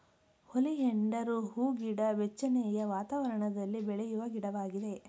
oleander ಹೂಗಿಡ ಬೆಚ್ಚನೆಯ ವಾತಾವರಣದಲ್ಲಿ ಬೆಳೆಯುವ ಗಿಡವಾಗಿದೆ